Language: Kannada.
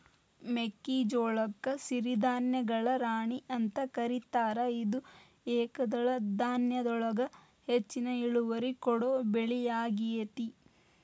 ಮೆಕ್ಕಿಜೋಳಕ್ಕ ಸಿರಿಧಾನ್ಯಗಳ ರಾಣಿ ಅಂತ ಕರೇತಾರ, ಇದು ಏಕದಳ ಧಾನ್ಯದೊಳಗ ಹೆಚ್ಚಿನ ಇಳುವರಿ ಕೊಡೋ ಬೆಳಿಯಾಗೇತಿ